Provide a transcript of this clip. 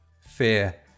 fear